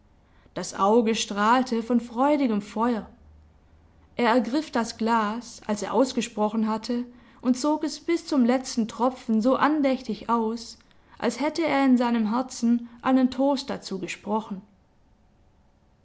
das auge strahlte von freudigem feuer er ergriff das glas als er ausgesprochen hatte und zog es bis zum letzten tropfen so andächtig aus als hätte er in seinem herzen einen toast dazu gesprochen